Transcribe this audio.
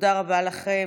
תודה רבה לכם,